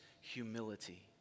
humility